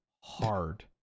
hard